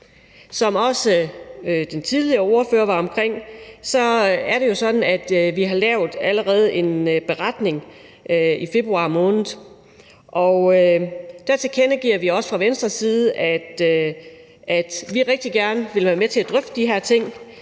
Som også den tidligere ordfører var omkring, er det jo sådan, at vi allerede har lavet en beretning i februar måned, og der tilkendegiver vi også fra Venstres side, at vi rigtig gerne vil være med til at drøfte de her ting,